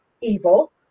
evil